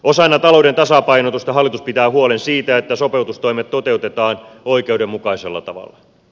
osana talouden tasapainotusta hallitus pitää huolen siitä että sopeutustoimet toteutetaan oikeudenmukaisella tavalla